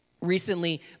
Recently